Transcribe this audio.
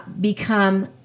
become